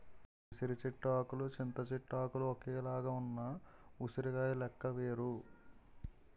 ఉసిరి చెట్టు ఆకులు చింత చెట్టు ఆకులు ఒక్కలాగే ఉన్న ఉసిరికాయ లెక్క వేరు